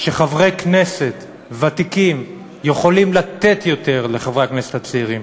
שחברי כנסת ותיקים יכולים לתת יותר לחברי הכנסת הצעירים,